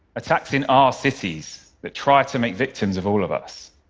attacks in our cities that try to make victims of all of us.